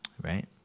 Right